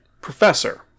professor